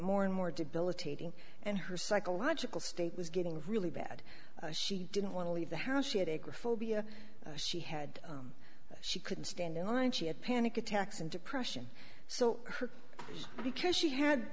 more and more debilitating and her psychological state was getting really bad she didn't want to leave the house she had a queer phobia she had she couldn't stand in line she had panic attacks and depression so her because she had